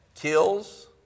kills